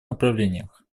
направлениях